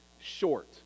short